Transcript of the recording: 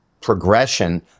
progression